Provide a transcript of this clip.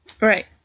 Right